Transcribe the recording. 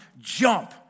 jump